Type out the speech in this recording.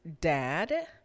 dad